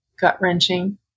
gut-wrenching